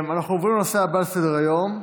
אנחנו עוברים לנושא הבא שעל סדר-היום,